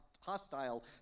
hostile